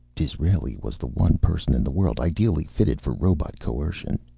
disraeli was the one person in the world ideally fitted for robot-coercion.